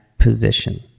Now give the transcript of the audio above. position